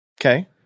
Okay